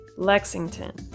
Lexington